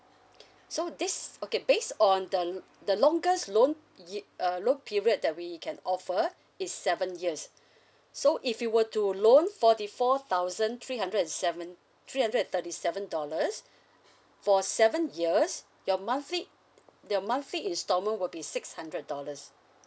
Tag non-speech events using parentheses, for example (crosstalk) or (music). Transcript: (breath) okay so this okay based on the l~ the longest loan y~ uh loan period that we can offer (breath) is seven years (breath) so if you were to loan forty four thousand three hundred and seven three hundred and thirty seven dollars (breath) for seven years your monthly the monthly instalment will be six hundred dollars